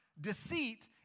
Deceit